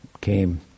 came